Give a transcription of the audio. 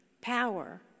power